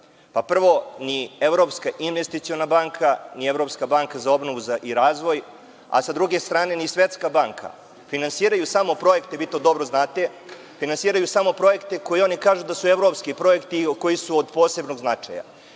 Pa, prvo ni evropska investiciona banaka ni Evropska banka za obnovu i razvoj, a sa druge strane ni Svetska banka, finansiraju samo projekte, vi to dobro znate, finansiraju samo projekte, koje oni kažu da su evropski projekti koji su i od posebnog značaja. Kod